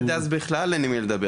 עד אז בכלל אין עם מי לדבר.